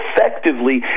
effectively